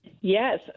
Yes